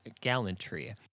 gallantry